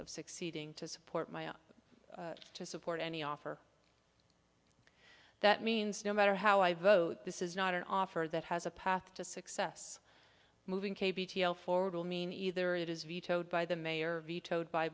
of succeeding to support my own to support any offer that means no matter how i vote this is not an offer that has a path to success moving forward will mean either it is vetoed by the mayor vetoed by